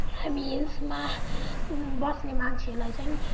हामी हिल्समा बस्ने मान्छेहरूलाई चाहिँ